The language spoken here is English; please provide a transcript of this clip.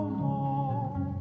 more